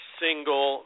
single